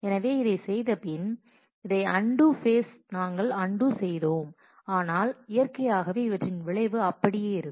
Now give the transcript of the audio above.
எனவே இதைச் செய்தபின் இதை அன்டூ ஃபேஸ் நாங்கள் அன்டூ செய்தோம் ஆனால் இயற்கையாகவே இவற்றின் விளைவு அப்படியே இருக்கும்